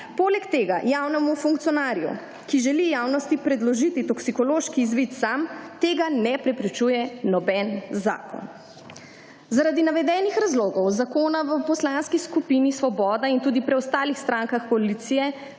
Poleg tega javnemu funkcionarju, ki želi javnosti predložiti toksikološki izvid sam, tega ne preprečuje noben zakon. Zaradi navedenih razlogov zakona v Poslanski skupini Svoboda in tudi preostalih strankah koalicije